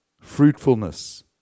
Fruitfulness